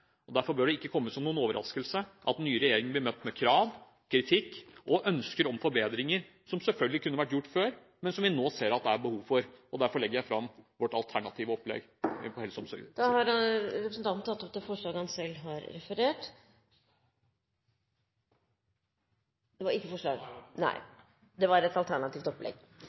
Derfor bør det ikke komme som noen overraskelse at den nye regjeringen blir møtt med krav, kritikk og ønsker om forbedringer, som selvfølgelig kunne vært gjort før, men som vi nå ser at det er behov for. Og derfor legger jeg fram vårt alternative opplegg for helseomsorgen. Det blir replikkordskifte. Jeg har til stadighet hørt representanten Micaelsens bekymring for hva slags samfunn den nye regjeringens politikk vil gi oss. Det